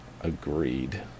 Agreed